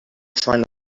trying